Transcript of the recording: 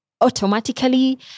automatically